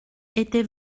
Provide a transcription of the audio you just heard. était